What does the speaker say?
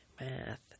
Math